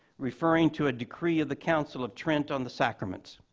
referring to a decree of the council of trent on the sacraments.